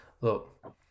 Look